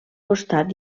costat